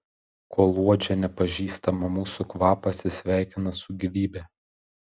kol uodžia nepažįstamą mūsų kvapą atsisveikina su gyvybe